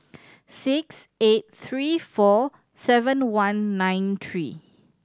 six eight three four seven one nine three